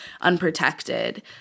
unprotected